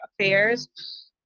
affairs